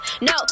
No